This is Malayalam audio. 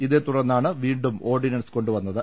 ഇതേ തുടർന്നാണ് വീണ്ടും ഓർഡിനൻസ് കൊണ്ടുവന്നത്